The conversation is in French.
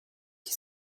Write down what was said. qui